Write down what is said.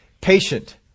patient